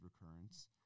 recurrence